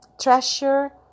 treasure